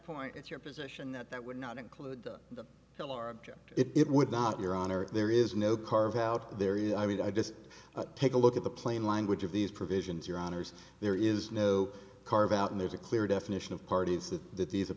point your position that that would not include the killer object it would not your honor there is no carve out there is i mean i just take a look at the plain language of these provisions your honour's there is no carve out and there's a clear definition of parties that these a